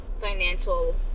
Financial